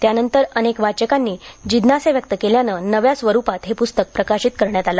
त्यानंतर अनेक वाचकांनी जिज्ञासा व्यक्त केल्यानं नव्या स्वरुपात हे पुस्तक प्रकाशित करण्यात आलं